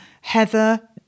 heather